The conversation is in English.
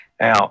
Now